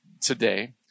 today